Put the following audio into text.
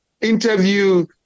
interview